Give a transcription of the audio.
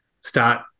start